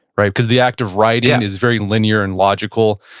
right? because the act of writing is very linear and logical.